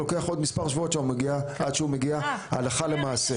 לוקח עוד מספר שבועות עד שהוא מגיע הלכה למעשה.